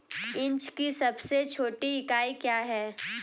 Inch की सबसे छोटी इकाई क्या है?